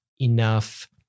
enough